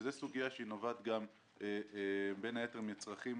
וזו סוגיה שהיא נובעת בין היתר גם מצרכים